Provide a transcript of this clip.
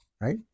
right